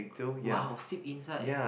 !wow! sick inside